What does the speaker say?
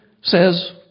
says